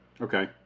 Okay